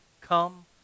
come